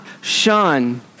shun